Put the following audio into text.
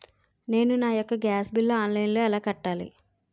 నేను నా యెక్క గ్యాస్ బిల్లు ఆన్లైన్లో ఎలా కట్టాలి?